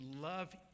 love